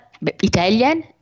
Italian